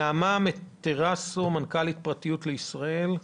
נעמה מטרסו, מנכ"לית פרטיות לישראל,